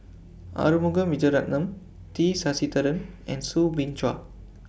Arumugam Vijiaratnam T Sasitharan and Soo Bin Chua